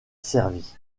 servi